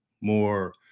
more